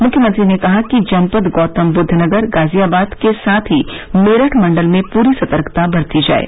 मुख्यमंत्री ने कहा कि जनपद गौतमबुद्ध नगर गाजियाबाद के साथ ही मेरठ मंडल में पूरी सतर्कता बरती जाये